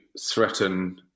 threaten